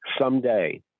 someday